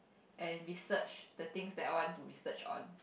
and research the things that I want to research on